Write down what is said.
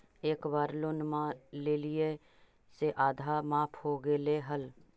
एक बार लोनवा लेलियै से आधा माफ हो गेले हल?